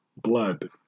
blood